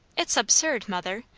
it's absurd, mother!